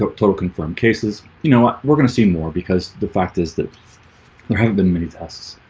ah total confirmed cases, you know what we're gonna see more because the fact is that there have been many tasks.